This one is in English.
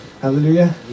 Hallelujah